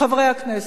חברי הכנסת,